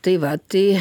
tai va tai